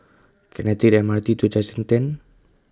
Can I Take The M R T to Junction ten